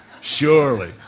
Surely